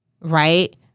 right